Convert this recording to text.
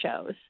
shows